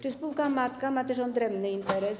Czy spółka matka ma też odrębny interes?